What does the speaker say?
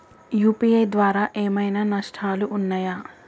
UPI ద్వారా ఏమైనా నష్టాలు ఉన్నయా?